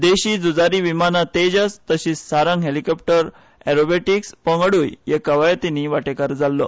देशी झुंजारी विमानां तेजस तशींच सारंग हॅलिकॉप्टर अॅरोबॅटिक्स पंगड्य हे कवायतींनी वांटेकार जाल्लो